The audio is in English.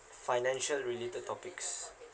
financial related topics